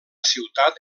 ciutat